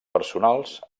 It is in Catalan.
personals